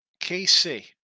KC